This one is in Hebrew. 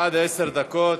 עד עשר דקות.